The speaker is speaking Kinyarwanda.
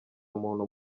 muntu